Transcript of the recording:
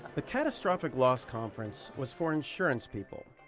the catastrophic loss conference was for insurance people.